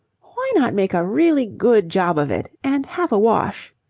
why not make a really good job of it and have a wash?